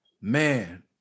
Man